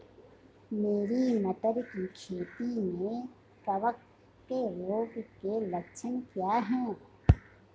मेरी मटर की खेती में कवक रोग के लक्षण क्या हैं?